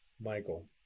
michael